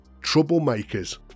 troublemakers